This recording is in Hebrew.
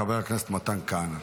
חבר הכנסת מתן כהנא,